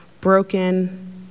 broken